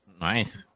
Nice